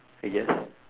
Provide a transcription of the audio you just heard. I guess